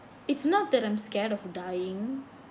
it's not that I'm scared of dying